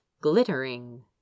glittering